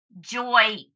joy